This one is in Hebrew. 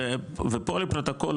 ופה לפרוטוקול,